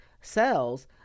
cells